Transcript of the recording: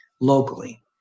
locally